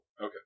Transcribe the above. Okay